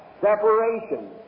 Separation